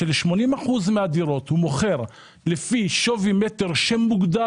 ש-80% מהדירות הוא מוכר לפי שווי מטר שמוגדר